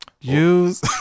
Use